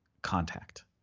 contact